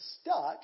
stuck